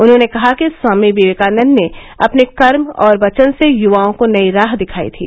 उन्होंने कहा कि स्वामी विवेकानंद ने अपने कर्म और वचन से युवाओं को नई राह दिखायी थी